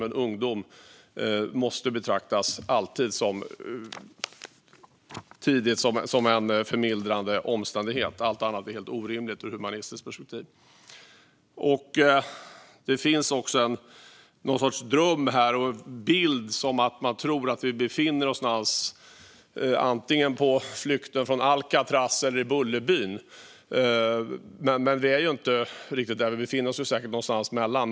Men ungdom måste alltid tidigt betraktas som en förmildrande omständighet. Allt annat är helt orimligt ur ett humanistiskt perspektiv. Det finns någon sorts dröm om att vi befinner oss antingen i Bullerbyn eller i filmen Flykten från New York . Och vi befinner oss säkert någonstans däremellan.